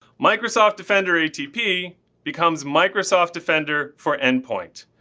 microsoft defender atp becomes microsoft defender for end point.